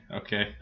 okay